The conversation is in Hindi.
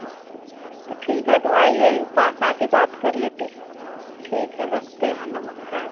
जी तो ठीक है तो आएं पास आके बात कर लेते हैं ठीक है रखते हैं नमस्कार